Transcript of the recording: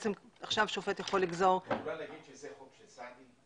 עכשיו שופט יכול לגזור -- את יכולה להגיד שזה חוק של סעדי?